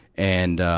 and,